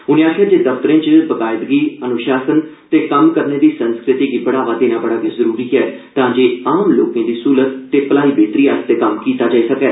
उन्ने आक्खेआ जे दफ्तरे च बाकायदगी अन्शासन ते कम्म करने दी संस्कृति गी बढ़ावा देना बड़ा जरुरी ऐ तां जे आम लोकें दी सुविधा ते भलाई बेहतरी लेई कम्म कीता जाई सकै